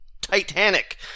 titanic